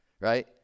Right